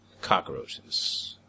cockroaches